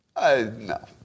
No